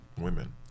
women